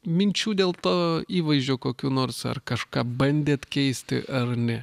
minčių dėl to įvaizdžio kokių nors ar kažką bandėt keisti ar ne